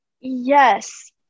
Yes